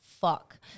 fuck